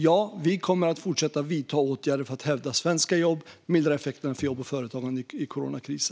Ja, vi kommer att fortsätta vidta åtgärder för att hävda svenska jobb och mildra effekterna av coronakrisen för jobb och företagande.